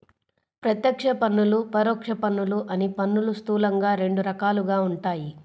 ప్రత్యక్ష పన్నులు, పరోక్ష పన్నులు అని పన్నులు స్థూలంగా రెండు రకాలుగా ఉంటాయి